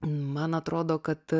man atrodo kad